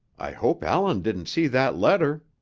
i hope allan didn't see that letter!